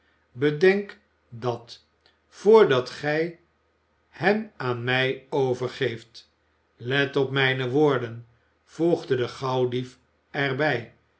bedenk dat vrdat gij hem aan mij overgeeft let op mijne woorden voegde de gauwdief er